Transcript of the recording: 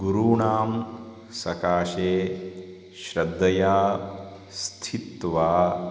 गुरूणां सकाशे श्रद्धया स्थित्वा